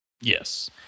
Yes